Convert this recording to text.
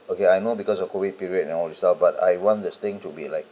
okay I know because the COVID period and all the stuff but I want this thing to be like